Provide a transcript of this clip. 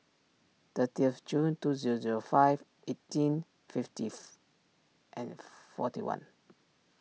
thirtieth of June two zero zero five eighteen fifteenth and forty one